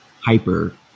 hyper